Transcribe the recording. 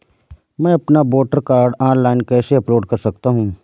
मैं अपना voter card online कैसे अपलोड कर सकता हूँ?